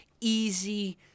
easy